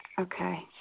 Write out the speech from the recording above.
Okay